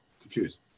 confused